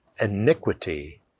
iniquity